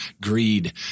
greed